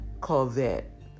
Corvette